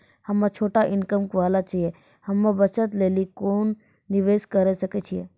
हम्मय छोटा इनकम वाला छियै, हम्मय बचत लेली कोंन निवेश करें सकय छियै?